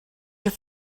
your